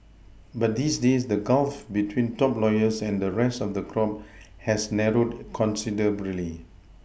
but these days the Gulf between top lawyers and the rest of the crop has narrowed considerably